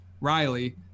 Riley